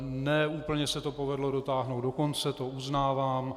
Ne úplně se to povedlo dotáhnout do konce, to uznávám.